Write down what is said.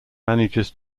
manages